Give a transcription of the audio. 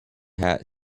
hat